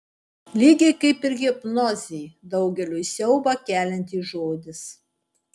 lygiai kaip ir hipnozė daugeliui siaubą keliantis žodis